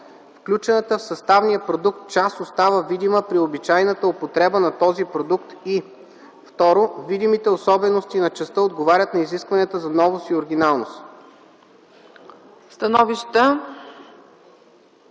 включената в съставния продукт част остава видима при обичайната употреба на този продукт, и 2. видимите особености на частта отговарят на изискванията за новост и оригиналност.”